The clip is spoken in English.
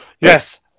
Yes